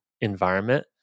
environment